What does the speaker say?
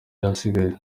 yasigaye